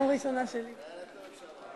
הישיבה הבאה תתקיים מחר,